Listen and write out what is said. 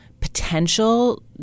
potential